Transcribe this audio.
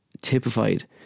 typified